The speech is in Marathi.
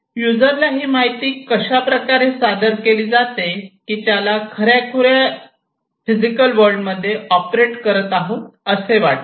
युजरला ही माहिती अशा प्रकारे सादर केली जाते की त्याला ्खऱ्याखुर्या फिजिकल वर्ल्ड मध्ये ऑपरेट करत आहे असे वाटते